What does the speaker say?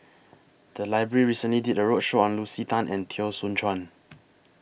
The Library recently did A roadshow on Lucy Tan and Teo Soon Chuan